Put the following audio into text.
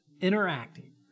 interacting